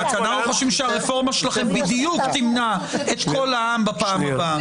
כי אנחנו חושבים שהרפורמה שלכם בדיוק תמנע את קול העם בפעם הבאה.